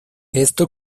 esto